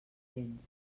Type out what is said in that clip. vents